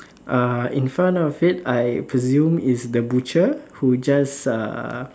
uh in front of it I presume is the butcher who just uh